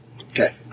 Okay